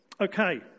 Okay